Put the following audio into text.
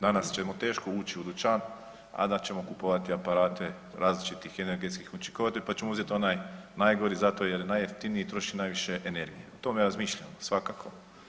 Danas ćemo teško ući u dućan a da ćemo kupovati aparate različitih energetskih učinkovitosti pa ćemo uzeti onaj najgori zato jer je najjeftiniji i troši najviše energije, o tome razmišljamo svakako.